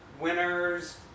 winners